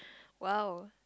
!wow!